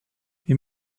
wir